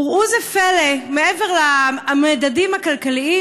וראו זה פלא: מעבר למדדים הכלכליים,